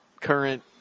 current